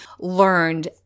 learned